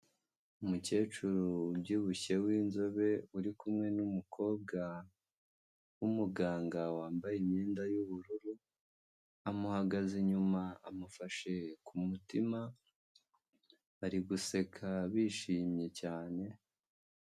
Umukecuru ubyibushye w'inzobe uri kumwe n'umukobwa w'umuganga wambaye imyenda y'ubururu. Amuhagaze inyuma amufashe ku mutima. Bariguseka bishimye cyane.